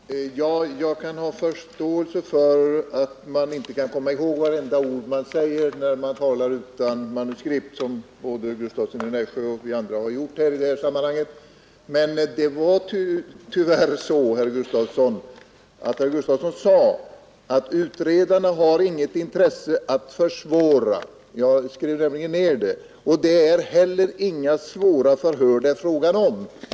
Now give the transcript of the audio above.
Herr talman! Jag kan ha förståelse för att man inte kan komma ihåg vartenda ord man säger när man talar utan manuskript, som både herr Gustavsson i Nässjö och vi andra har gjort i detta sammanhang. Men jag skrev ned vad herr Gustavsson sade, och han uttryckte sig tyvärr så att utredarna inte har något intresse av att försvåra och att det inte heller är fråga om några svåra förhör.